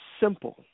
simple